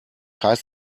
heißt